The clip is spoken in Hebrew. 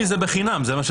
מברוק לטבריה.